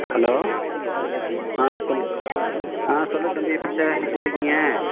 hello ஆ சொல் ஆ சொல் தம்பி பிச்சை எப்படி இருக்கீங்க